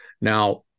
Now